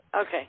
Okay